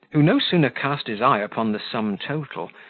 who no sooner cast his eye upon the sum total,